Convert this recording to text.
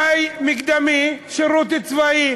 תנאי מקדמי: שירות צבאי.